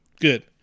Good